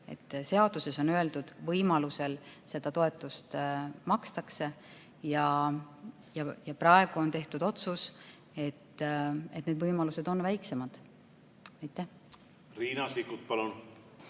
Seaduses on öeldud, võimaluse korral seda toetust makstakse. Praegu on tehtud otsus, et need võimalused on väiksemad. Aitäh küsimuse